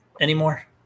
anymore